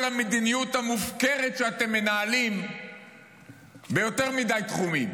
המדיניות המופקרת שאתם מנהלים ביותר מדי תחומים.